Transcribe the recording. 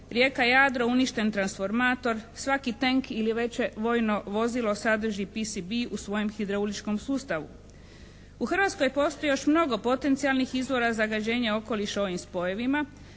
Rijeka-Jadro uništen transformator, svaki tenk ili veće vojno vozilo sadrži PCB u svojem hidrauličkom sustavu. U Hrvatskoj postoji još mnogo potencijalnih izvora zagađenja okoliša ovim spojevima